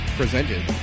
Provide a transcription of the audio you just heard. presented